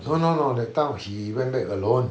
no no that time he went back alone